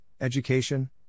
education